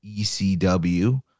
ECW